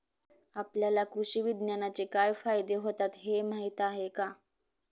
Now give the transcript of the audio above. आपल्याला कृषी विज्ञानाचे काय फायदे होतात हे माहीत आहे का?